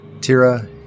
Tira